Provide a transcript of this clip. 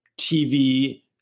TV